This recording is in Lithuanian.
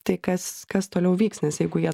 tai kas kas toliau vyks nes jeigu jie